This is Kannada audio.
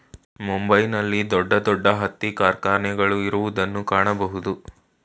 ಮುಂಬೈ ನಲ್ಲಿ ದೊಡ್ಡ ದೊಡ್ಡ ಹತ್ತಿ ಕಾರ್ಖಾನೆಗಳು ಇರುವುದನ್ನು ಕಾಣಬೋದು